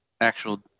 actual